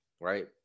right